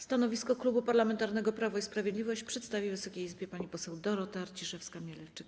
Stanowisko Klubu Parlamentarnego Prawo i Sprawiedliwość przedstawi Wysokiej Izbie pani poseł Dorota Arciszewska-Mielewczyk.